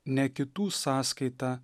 ne kitų sąskaita